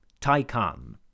Taikan